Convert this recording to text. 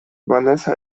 vanessa